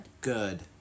Good